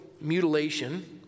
mutilation